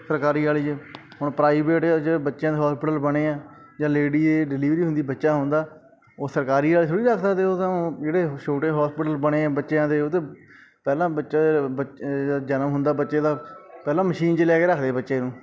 ਸਰਕਾਰੀ ਵਾਲੀ 'ਚ ਹੁਣ ਪ੍ਰਾਈਵੇਟ 'ਚ ਜੇ ਬੱਚਿਆਂ ਦੇ ਹੋਸਪਿਟਲ ਬਣੇ ਆ ਜਾਂ ਲੇਡੀ ਦੀ ਡਲੀਵਰੀ ਹੁੰਦੀ ਬੱਚਾ ਹੁੰਦਾ ਉਹ ਸਰਕਾਰੀ ਆਲੇ ਥੋੜ੍ਹੀ ਰੱਖ ਸਕਦੇ ਉਹ ਤਾਂ ਉਹ ਜਿਹੜੇ ਛੋਟੇ ਹੋਸਪਿਟਲ ਬਣੇ ਬੱਚਿਆਂ ਦੇ ਉਹ ਤਾਂ ਪਹਿਲਾਂ ਬੱਚਾ ਬੱਚਾ ਜਨਮ ਹੁੰਦਾ ਬੱਚੇ ਦਾ ਪਹਿਲਾਂ ਮਸ਼ੀਨ 'ਚ ਲੈ ਕੇ ਰੱਖਦੇ ਬੱਚੇ ਨੂੰ